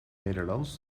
nederlands